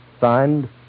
Signed